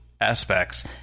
aspects